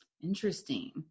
Interesting